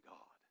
God